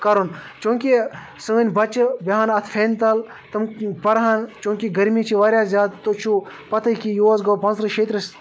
کَرُن چوٗنٛکہ سٲنۍ بَچہِ بیٚہہ ہن اَتھ فینہِ تَل تِم پَرٕ ہن چوٗنٛکہ گرمی چھِ واریاہ زیادٕ تُہۍ چھو پَتہٕ ہٕے کہ یُہُس گوٚو پانٛژھ تٕرٛہ شیتٕرٛہ